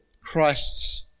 Christ's